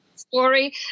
story